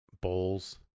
bowls